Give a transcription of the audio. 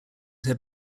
have